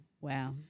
Wow